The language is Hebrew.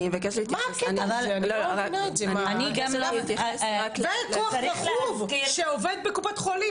אני אבקש להתייחס אני לא מבינה את זה וכוח רכוב שעובד בקופות חולים,